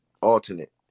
alternate